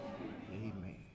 Amen